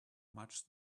much